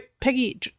Peggy